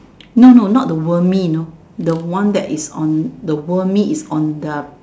no no not the wormy you know the one that is on the wormy is on the